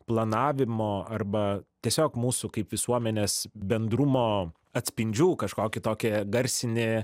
planavimo arba tiesiog mūsų kaip visuomenės bendrumo atspindžių kažkokį tokį garsinį